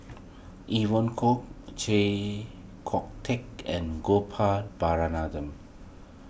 Evon Kow Chee Kong Tet and Gopal